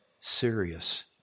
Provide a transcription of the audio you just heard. serious